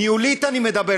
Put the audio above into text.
ניהולית אני מדבר,